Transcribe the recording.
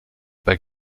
bei